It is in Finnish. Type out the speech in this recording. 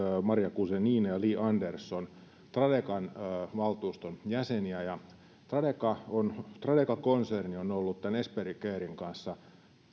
maria guzenina ja li andersson tradekan valtuuston jäseniä ja tradeka konserni on ollut tämän esperi caren kanssa